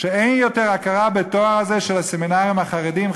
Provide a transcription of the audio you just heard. ואין יותר הכרה בתואר הזה של הסמינרים החרדיים.